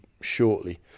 shortly